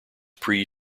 pre